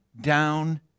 down